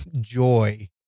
joy